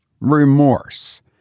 remorse